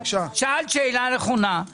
אני